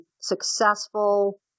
successful